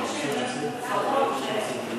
נשאיר במליאה.